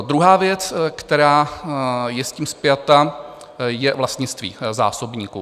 Druhá věc, která je s tím spjata, je vlastnictví zásobníků.